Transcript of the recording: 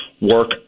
work